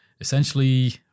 essentially